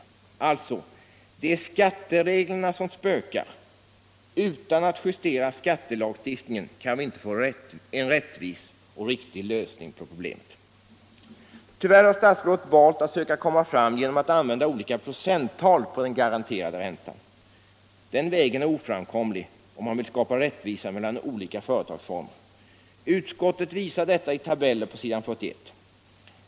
Det är alltså skattereglerna som spökar. Utan att justera skattelagstiftningen kan vi inte få en rättvis och riktig lösning på problemet. Tyvärr har statsrådet valt att söka komma fram genom att använda olika procenttal på den garanterade räntan. Den vägen är oframkomlig, om man vill skapa rättvisa mellan olika företagsformer. Utskottet visar detta i tabeller på s. 41.